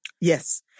yes